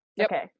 okay